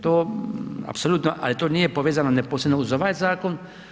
To apsolutno, ali to nije povezano neposredno uz ovaj zakon.